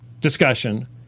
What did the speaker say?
discussion